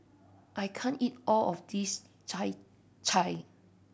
I can't eat all of this